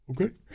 Okay